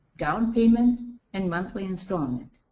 downpayment and monthly installment.